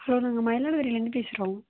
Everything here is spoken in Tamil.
ஹலோ நாங்கள்மயிலாடுதுறைலேருந்து பேசுகிறோம்